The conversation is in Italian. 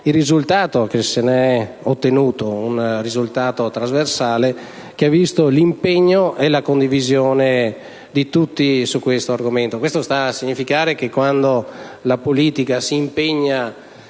il risultato che se ne è ottenuto: un risultato trasversale che ha visto l'impegno e la condivisione di tutti su questo argomento. Ciò sta a significare che, quando la politica si impegna